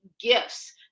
gifts